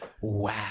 wow